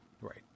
Right